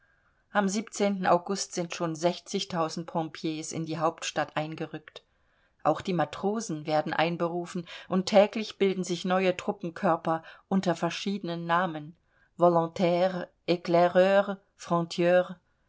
am august sind schon pompiers in die hauptstadt eingerückt auch die matrosen werden einberufen und täglich bilden sich neue truppenkörper unter verschiedenen namen volontaires